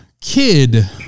kid